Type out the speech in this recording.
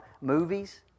movies